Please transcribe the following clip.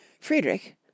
Friedrich